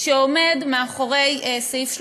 כלשהו שעומד מאחורי סעיף 34,